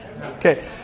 Okay